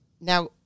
now